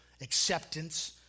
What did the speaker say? acceptance